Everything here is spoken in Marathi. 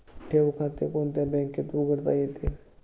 ठेव खाते कोणत्या बँकेत उघडता येते?